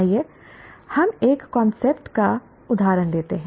आइए हम एक कांसेप्ट का एक उदाहरण लेते हैं